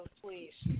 please